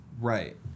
Right